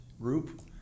group